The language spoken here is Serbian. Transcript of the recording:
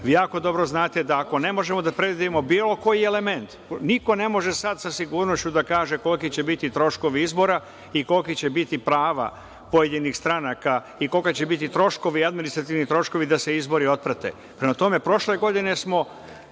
Vi jako dobro znate da, ako ne možemo da predvidimo bilo koji element, niko ne može sad sa sigurnošću da kaže koliki će biti troškovi izbora i kolika će biti prava pojedinih stranaka i koliki će biti troškovi, administrativni troškovi da se izbori otprate. Prema tome, prošle godine smo